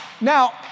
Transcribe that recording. Now